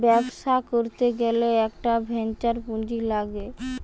ব্যবসা করতে গ্যালে একটা ভেঞ্চার পুঁজি লাগছে